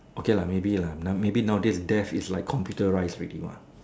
okay lah maybe lah now maybe nowadays deaths is like computerised already what